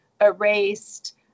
erased